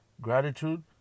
gratitude